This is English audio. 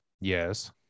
Yes